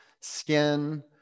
skin